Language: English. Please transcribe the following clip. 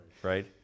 right